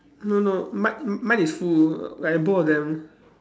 no no mi~ mine is full like both of them